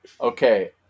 Okay